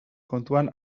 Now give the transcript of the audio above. kontuan